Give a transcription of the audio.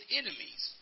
enemies